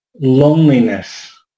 loneliness